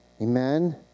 Amen